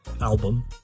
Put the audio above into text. album